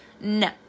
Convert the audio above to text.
no